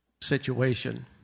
situation